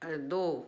दो